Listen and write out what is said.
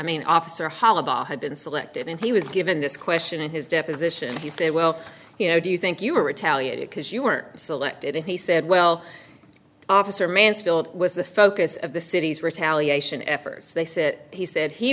mean officer holiday had been selected and he was given this question in his deposition he said well you know do you think you were retaliated because you were selected and he said well officer mansfield was the focus of the city's retaliation efforts they said he said he